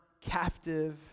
captive